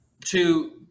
to-